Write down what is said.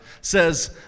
says